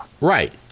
Right